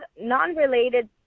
non-related